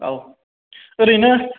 औ ओरैनो